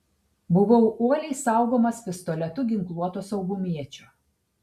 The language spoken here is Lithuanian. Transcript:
buvau uoliai saugomas pistoletu ginkluoto saugumiečio